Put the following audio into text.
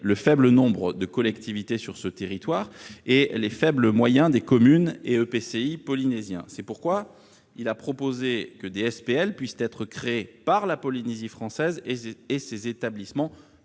du faible nombre de collectivités territoriales sur ce territoire et des faibles moyens des communes et EPCI polynésiens. C'est pourquoi il a proposé que des SPL puissent être créées par la Polynésie française et les établissements